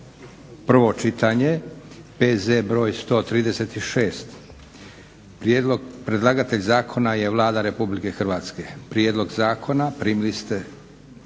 drugo čitanje, P.Z. br. 136. Predlagatelj zakona je Vlada Republike Hrvatske. Prijedlog zakona primili ste